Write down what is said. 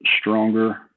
stronger